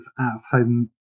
out-of-home